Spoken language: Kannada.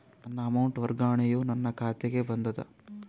ನನ್ನ ಅಮೌಂಟ್ ವರ್ಗಾವಣೆಯು ನನ್ನ ಖಾತೆಗೆ ಬಂದದ